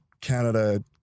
Canada